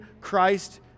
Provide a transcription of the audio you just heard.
Christ